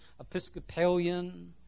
Episcopalian